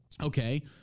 Okay